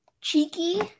Cheeky